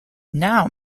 now